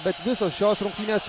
bet visos šios rungtynės